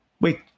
wait